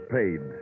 paid